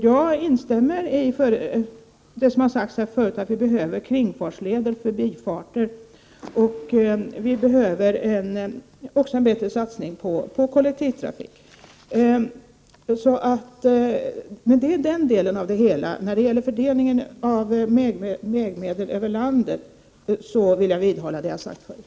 Jag instämmer i det som sagts förut om att vi behöver kringfartsleder för biltrafiken och att vi behöver en bättre satsning på kollektivtrafiken. Det är den delen av problemet. När det gäller fördelningen av väganslaget över landet vidhåller jag det jag förut har sagt.